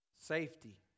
Safety